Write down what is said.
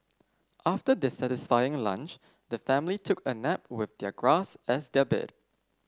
after their satisfying lunch the family took a nap with their grass as their bed